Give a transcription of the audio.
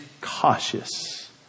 cautious